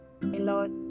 Lord